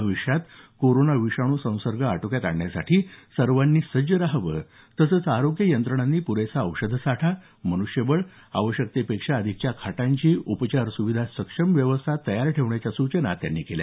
भविष्यात कोरोना विषाणू संसर्ग आटोक्यात आणण्यासाठी सर्वांनी सज्ज रहावं तसंच आरोग्य यंत्रणांनी पुरेसा औषधसाठा मनुष्यबळ आवश्यकतेपेक्षा अधिकच्या खाटांची उपचार सुविधांची सक्षम व्यवस्था तयार ठेवण्याच्या सूचना त्यांनी यावेळी केल्या